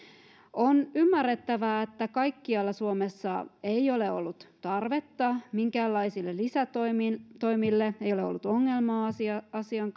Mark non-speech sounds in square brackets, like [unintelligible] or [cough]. on ymmärrettävää että kaikkialla suomessa ei ole ollut tarvetta minkäänlaisille lisätoimille ei ole ollut ongelmaa asian [unintelligible]